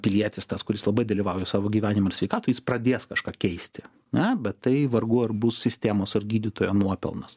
pilietis tas kuris labai dalyvauja savo gyvenimu ir sveikata jis pradės kažką keisti ne bet tai vargu ar bus sistemos ar gydytojo nuopelnas